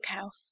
House